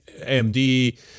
amd